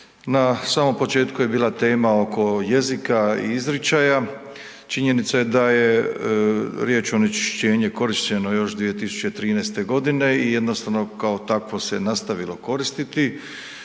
Na samom početku je bila tema oko jezika i izričaja, činjenica je da je riječ onečišćenje korišteno još 2013. godine i jednostavno se kao takvo se nastavilo koristiti.